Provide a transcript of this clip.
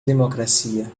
democracia